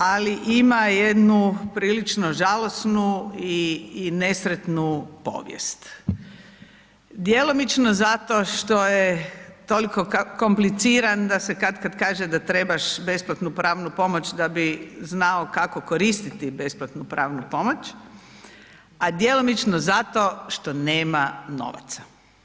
Ali ima jednu prilično žalosnu i nesretnu povijest, djelomično zato što je toliko kompliciran da se katkad kaže da trebaš besplatnu pravnu pomoć da bi znao kako koristiti besplatnu pravnu pomoć, a djelomično zato što nema novaca.